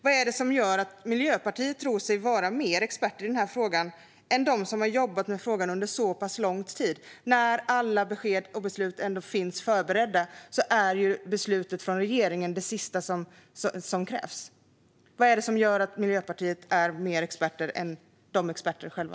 Vad är det som gör att Miljöpartiet tror sig vara mer experter i denna fråga än de som har jobbat med den under lång tid? När alla besked och beslut finns förberedda är ett beslut från regeringen det sista som krävs. Vad är det som gör att Miljöpartiet är mer experter än experterna själva?